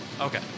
Okay